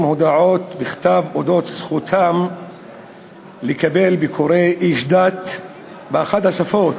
הודעות בכתב על זכותם לקבל ביקורי איש דת באחת השפות,